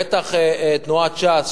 בטח תנועת ש"ס,